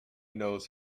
knows